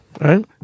right